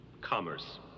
Commerce